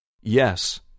Yes